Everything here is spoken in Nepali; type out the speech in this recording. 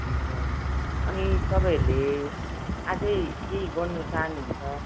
ए हजुर अनि तपाईँहरूले अझै केही गर्नु चाहनुहुन्छ